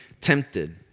tempted